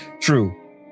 True